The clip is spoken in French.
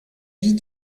vie